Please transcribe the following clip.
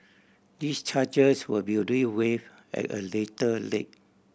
these charges will be dealt with at a later lay